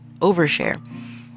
overshare